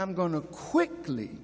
i'm going to quickly